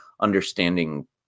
understanding